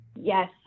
Yes